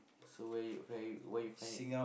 so where you where you where you find it